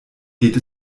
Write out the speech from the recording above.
geht